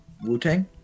Wu-Tang